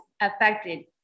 affected